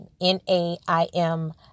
N-A-I-M